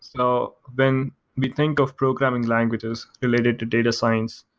so when we think of programming languages related to data science,